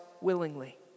willingly